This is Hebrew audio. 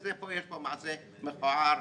יש פה מעשה מכוער,